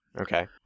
Okay